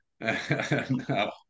No